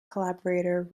collaborator